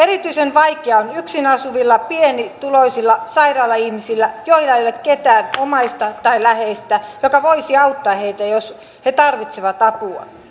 erityisen vaikeaa on yksin asuvilla pienituloisilla sairailla ihmisillä joilla ei ole ketään omaista tai läheistä joka voisi auttaa heitä jos he tarvitsevat apua